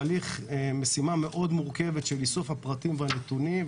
משימה מורכבת מאוד של איסוף הפרטים והנתונים.